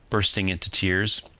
bursting into tears.